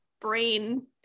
brain